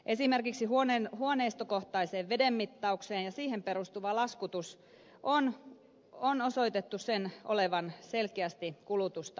esimerkiksi huoneistokohtaiseen vedenmittaukseen perustuvan laskutuksen on osoitettu olevan selkeästi kulutusta pienentävä toimi